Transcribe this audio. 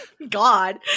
god